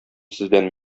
сездән